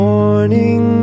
Morning